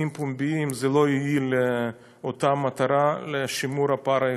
פומביים לא יועילו לאותה מטרה של שימור הפער האיכותי.